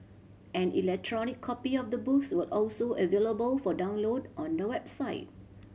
an electronic copy of the books will also available for download on the website